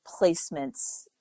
placements